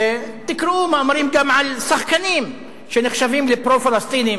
תקראו מאמרים גם על שחקנים שנחשבים לפרו-פלסטינים,